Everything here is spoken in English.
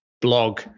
blog